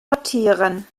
notieren